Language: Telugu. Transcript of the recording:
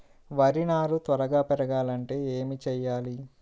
వరి నారు త్వరగా పెరగాలంటే ఏమి చెయ్యాలి?